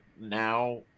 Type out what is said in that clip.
now